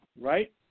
right